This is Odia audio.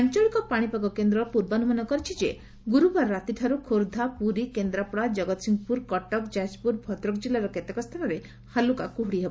ଆଞ୍ଅଳିକ ପାଶିପାଗ କେନ୍ଦରର ପୂର୍ବାନୁମାନ କରିଛି ଯେ ଗୁରୁବାର ରାତିଠାରୁ ଖୋର୍ଦ୍ଧା ପୁରୀ କେନ୍ଦ୍ରାପଡ଼ା ଜଗତ୍ସିଂହପୁର କଟକ ଯାଜପୁର ଭଦ୍ରକ ଜିଲ୍ଲାର କେତେକ ସ୍ଥାନରେ ହାଲୁକା କୁହୁଡ଼ି ହେବ